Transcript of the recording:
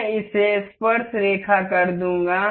मैं इसे स्पर्शरेखा कर दूंगा